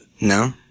No